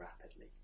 rapidly